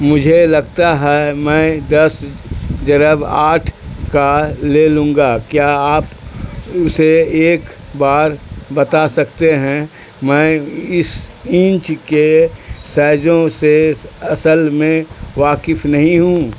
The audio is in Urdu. مجھے لگتا ہے میں دس ضرب آٹھ کا لے لوں گا کیا آپ اسے ایک بار بتا سکتے ہیں میں اس انچ کے سائزوں سے اصل میں واقف نہیں ہوں